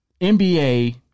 NBA